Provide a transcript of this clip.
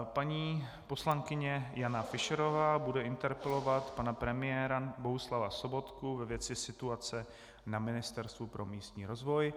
Paní poslankyně Jana Fischerová bude interpelovat pana premiéra Bohuslava Sobotku ve věci situace na Ministerstvu pro místní rozvoj.